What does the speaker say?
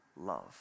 Love